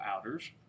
outers